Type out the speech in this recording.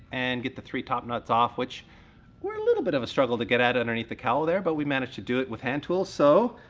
and get the three top nuts off, which were a little bit of a struggle to get at underneath the cowl there, but we managed to do it with hand tools. so,